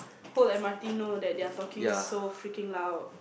hope the M_R_T know that they are talking so freaking loud